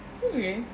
really